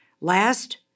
Last